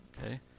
okay